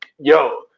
yo